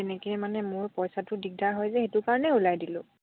তেনেকে মানে মোৰ পইচাটো দিগদাৰ হয় যে সেইটো কাৰণে ওলাই দিলোঁ